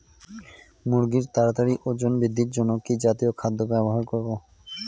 মুরগীর তাড়াতাড়ি ওজন বৃদ্ধির জন্য কি জাতীয় খাদ্য ব্যবহার করব?